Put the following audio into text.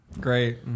Great